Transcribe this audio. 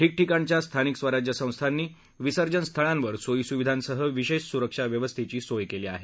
ठिकठिकाणाच्या स्थानिक स्वराज्य संस्थानीं विसर्जन स्थळांवर सोयी सुविधांसह विशेष सुरक्षा व्यवस्थेची सोय केली आहे